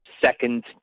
second